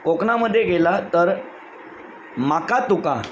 कोकणामध्ये गेला तर माका तुका